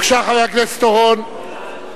בבקשה, חבר הכנסת אורון.